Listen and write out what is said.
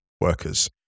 workers